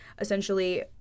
essentially